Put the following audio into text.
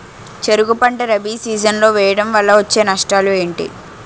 చెరుకు పంట రబీ సీజన్ లో వేయటం వల్ల వచ్చే నష్టాలు ఏంటి?